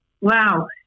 wow